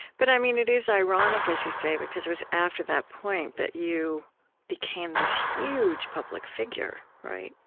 but i mean, it is ironic, as you say, because it was after that point that you became this huge public figure, right?